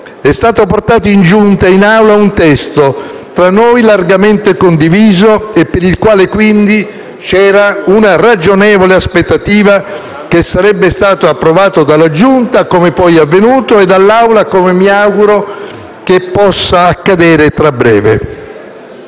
è stato portato in Giunta e in Aula un testo tra noi largamente condiviso e per il quale, quindi, c'era una ragionevole aspettativa che sarebbe stato approvato dalla Giunta, come poi è avvenuto, e dall'Assemblea, come mi auguro possa accadere tra breve.